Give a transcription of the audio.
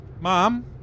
Mom